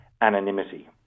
anonymity